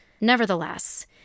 Nevertheless